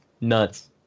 nuts